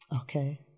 Okay